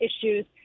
issues